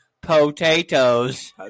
potatoes